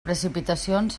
precipitacions